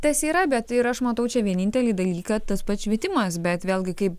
tas yra bet ir aš matau čia vienintelį dalyką tas pats švietimas bet vėlgi kaip